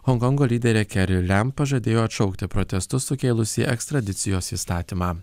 honkongo lyderė keri lem pažadėjo atšaukti protestus sukėlusį ekstradicijos įstatymą